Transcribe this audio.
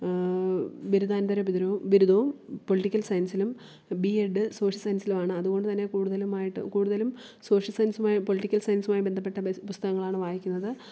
ബിരുദാനന്തര ബിദുരവും ബിരുദവും പൊളിറ്റിക്കൽ സയൻസിലും ബീ എഡ് സോഷ്യൽ സയൻസിലുമാണ് അതു കൊണ്ടു തന്നെ കൂടുതലുമായിട്ട് കൂടുതലും സോഷ്യൽ സയൻസുമായി പൊളിറ്റിക്കൽ സയൻസുമായി ബന്ധപ്പെട്ട പുസ്തകങ്ങളാണ് വായിക്കുന്നത്